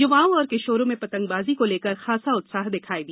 युवाओं और किशोरों में पंतगबाजी को लेकर खासा उत्साह देखा गया